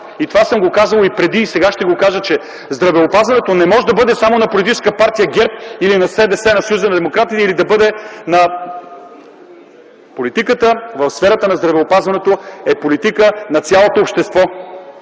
Това съм го казвал и преди, и сега ще го кажа, че здравеопазването не може да бъде само на политическа партия ГЕРБ или на СДС – на Съюза на демократите, или да бъде на ... Политиката в сферата на здравеопазването е политика на цялото общество.